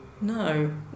No